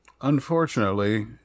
unfortunately